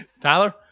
Tyler